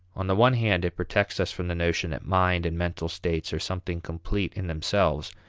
on the one hand it protects us from the notion that mind and mental states are something complete in themselves,